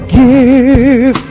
give